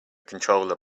controller